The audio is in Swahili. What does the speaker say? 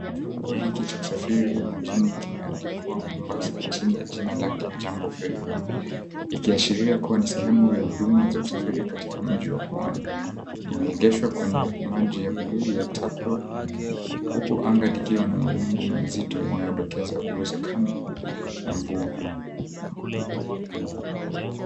Chombo hiki cha usafiri majini kimeandikwa Mombasa chini ya jina lake, Jambo Ferry, ikiashiria kuwa ni sehemu ya huduma ya usafiri katika mji wa pwani. Imeegeshwa kwenye maji ya blue ya Takwa, huku anga ikiwa na mawingu mazito yanayodokeza uwezekano wa mvua.